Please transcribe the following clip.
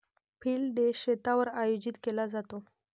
field day शेतावर आयोजित केला जातो